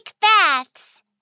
baths